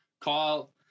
kyle